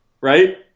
right